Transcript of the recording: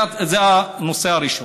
זה הנושא הראשון.